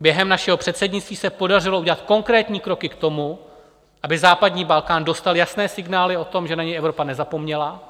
Během našeho předsednictví se podařilo udělat konkrétní kroky k tomu, aby západní Balkán dostal jasné signály o tom, že na něj Evropa nezapomněla.